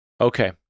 Okay